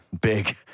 big